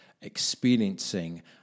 experiencing